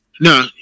No